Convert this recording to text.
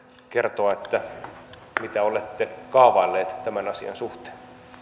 kertoa mitä olette kaavailleet tämän asian suhteen